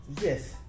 yes